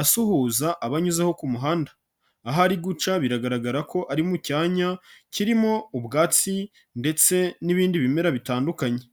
asuhuza abo anyuzeho kumuhanda, ahari guca biragaragara ko ari mu cyanya kirimo ubwatsi ndetse n'ibindi bimera bitandukanye.